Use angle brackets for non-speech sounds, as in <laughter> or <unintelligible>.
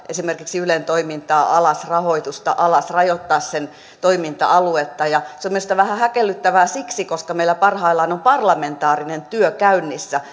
esimerkiksi ylen toimintaa alas rahoitusta alas rajoittaa sen toiminta aluetta ja se on minusta vähän häkellyttävää siksi että meillä parhaillaan on parlamentaarinen työ käynnissä <unintelligible>